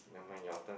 never mind your turn